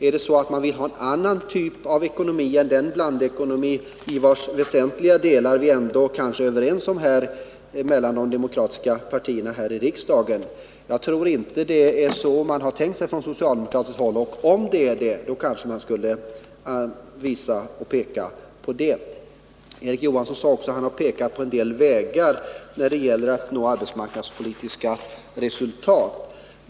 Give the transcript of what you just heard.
Är det så att man vill ha en annan typ av ekonomi än den blandekonomi vars väsentliga delar vi kanske ändå tidigare varit överens om inom de demokratiska partierna här i riksdagen? Jag tror inte att man har tänkt så på socialdemokratiskt håll. Om det är så, borde man också ge besked om det. Erik Johansson sade vidare att han hade pekat på en del vägar att nå arbetsmarknadspolitiska resultat.